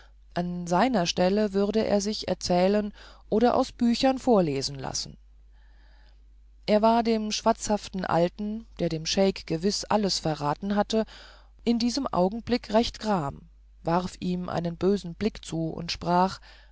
an seiner stelle würde er sich erzählen oder aus büchern vorlesen lassen er war dem schwatzhaften alten der dem scheik gewiß alles verraten hatte in diesem augenblick recht gram warf ihm einen bösen blick zu und sprach